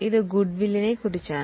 ഇത് ഗുഡ്വിൽ കുറിച്ചാണ്